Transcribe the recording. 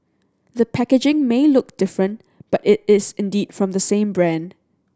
the packaging may look different but it is indeed from the same brand